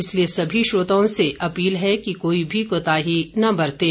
इसलिए सभी श्रोताओं से अपील है कि कोई भी कोताही न बरतें